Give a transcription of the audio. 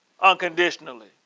unconditionally